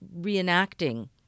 reenacting